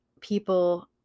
people